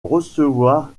recevoir